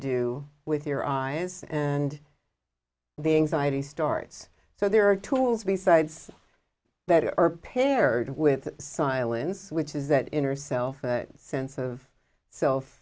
do with your eyes and the anxiety starts so there are tools besides better are paired with silence which is that inner self a sense of self